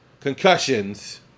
concussions